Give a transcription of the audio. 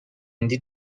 هندی